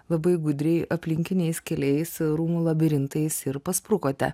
labai gudriai aplinkiniais keliais rūmų labirintais ir pasprukote